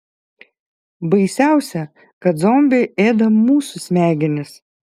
baisiausia kad zombiai ėda mūsų smegenis